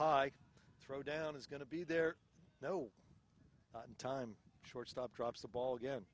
high throw down is going to be there no time shortstop drops the ball again